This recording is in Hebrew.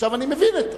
אני מבין.